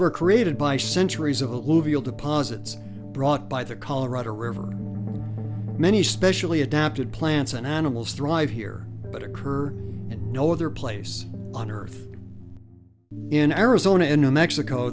were created by centuries of a levy all deposits brought by the colorado river many specially adapted plants and animals thrive here but occur in no other place on earth in arizona in new mexico